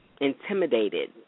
intimidated